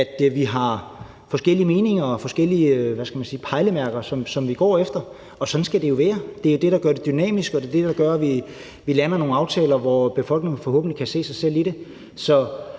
at vi har forskellige meninger og forskellige pejlemærker, som vi går efter, og sådan skal det jo være. Det er det, der gør det dynamisk, og det er det, der gør, at vi lander nogle aftaler, som befolkningen forhåbentlig kan se sig selv i.